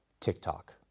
TikTok